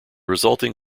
resulting